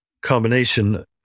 combination